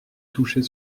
toucher